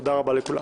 תודה רבה לכולם.